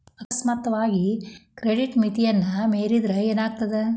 ಅಕಸ್ಮಾತಾಗಿ ಕ್ರೆಡಿಟ್ ಮಿತಿನ ಮೇರಿದ್ರ ಏನಾಗತ್ತ